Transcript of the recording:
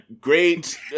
great